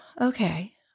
okay